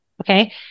Okay